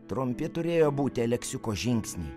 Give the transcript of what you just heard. trumpi turėjo būti aleksiuko žingsniai